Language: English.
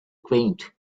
quaint